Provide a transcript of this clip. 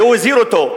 והוא הזהיר אותו,